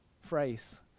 phrase